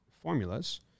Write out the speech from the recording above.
formulas